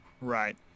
Right